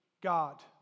God